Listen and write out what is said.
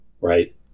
Right